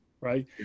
right